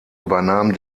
übernahm